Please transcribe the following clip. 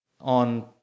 on